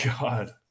God